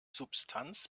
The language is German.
substanz